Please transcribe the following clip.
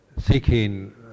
seeking